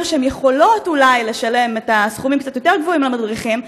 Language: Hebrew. שהן יכולות אולי לשלם סכומים קצת גבוהים למדריכים,